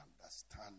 understand